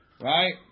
Right